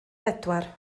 bedwar